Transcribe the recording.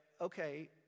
okay